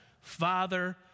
Father